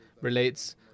relates